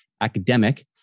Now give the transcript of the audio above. academic